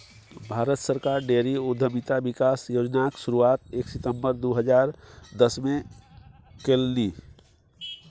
भारत सरकार डेयरी उद्यमिता विकास योजनाक शुरुआत एक सितंबर दू हजार दसमे केलनि